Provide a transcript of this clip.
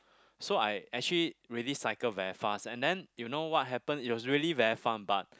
so I actually really cycle very fast and then you know what happen it was really very fun but